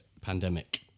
pandemic